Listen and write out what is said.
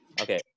Okay